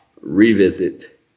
revisit